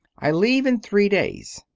i leave in three days.